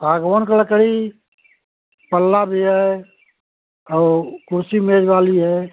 सागौन का लकड़ी पल्ला भी है और कुर्सी मेज़ वाली है